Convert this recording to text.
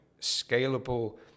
scalable